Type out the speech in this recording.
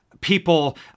people